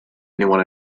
anyone